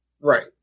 Right